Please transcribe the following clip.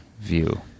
view